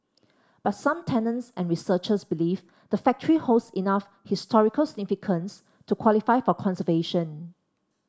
but some tenants and researchers believe the factory holds enough historical significance to qualify for conservation